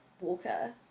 walker